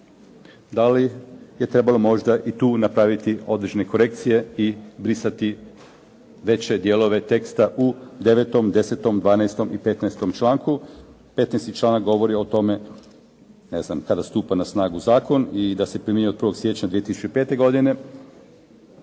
da li je trebalo možda i tu napraviti određene korekcije i brisati veće dijelove teksta u 9., 10., 12. i 15. članku. 15. članak govori o tome, ne znam kada stupa na snagu zakon i da se primjenjuje od 1. siječnja 2005. godine.